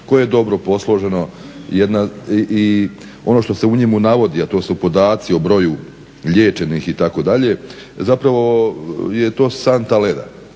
koje je dobro posloženo i ono što se u njemu navodi, a to su podaci o broju liječenih itd., zapravo je to santa leda